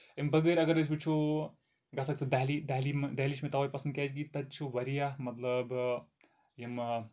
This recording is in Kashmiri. اَمہِ بَغٲر اَگر أسۍ وٕچھو گژھکھ ژٕ دہلی دہلی دہلی چُھ مےٚ توے پسنٛد کیازِ کہِ تَتہِ چھُ واریاہ مطلب یِم